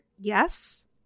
yes